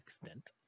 extent